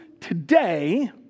today